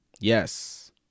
yes